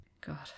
God